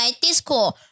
Discord